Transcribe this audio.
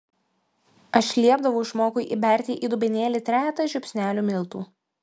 aš liepdavau žmogui įberti į dubenėlį trejetą žiupsnelių miltų